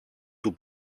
του